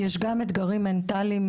אתגרים מנטליים,